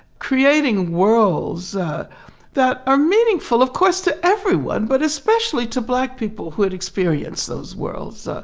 creating worlds that are meaningful, of course, to everyone, but especially to black people who had experienced those worlds.